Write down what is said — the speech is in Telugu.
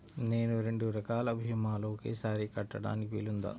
నేను రెండు రకాల భీమాలు ఒకేసారి కట్టడానికి వీలుందా?